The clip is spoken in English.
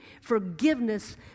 forgiveness